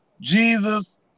Jesus